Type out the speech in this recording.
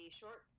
short